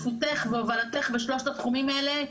השתתפותך והובלתך בשלושת התחומים האלה,